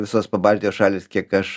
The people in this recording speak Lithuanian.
visos pabaltijo šalys kiek aš